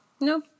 No